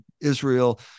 Israel